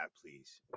please